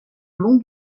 long